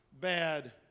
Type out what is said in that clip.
bad